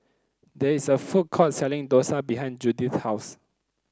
there is a food court selling dosa behind Judyth's house